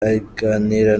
aganira